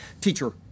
teacher